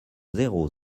zéro